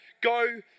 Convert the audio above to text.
Go